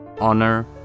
honor